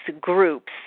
groups